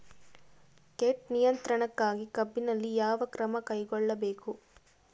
ಕೇಟ ನಿಯಂತ್ರಣಕ್ಕಾಗಿ ಕಬ್ಬಿನಲ್ಲಿ ಯಾವ ಕ್ರಮ ಕೈಗೊಳ್ಳಬೇಕು?